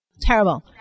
terrible